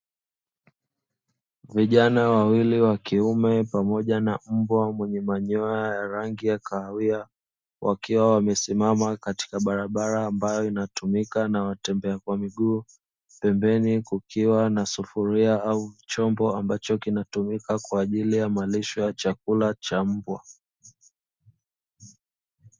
Vijana wawili wa kiume pamoja na mbwa mwenye manyoya ya rangi ya kahawia wakiwa wamesimama katika barabara ambayo inatumika na watembea kwa miguu, pembeni kukiwa na sufuria au chombo ambacho kinatumika kwa ajili ya malisho ya chakula cha mbwa.